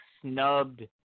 snubbed